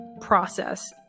process